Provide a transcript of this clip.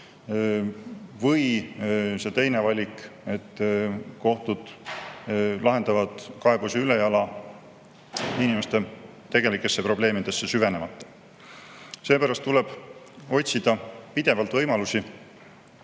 või teine valik, et kohtud lahendavad kaebusi ülejala, inimeste tegelikesse probleemidesse süvenemata. Seepärast tuleb otsida pidevalt võimalusi,